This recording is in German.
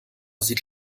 sieht